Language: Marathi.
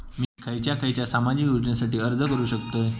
मी खयच्या खयच्या सामाजिक योजनेसाठी अर्ज करू शकतय?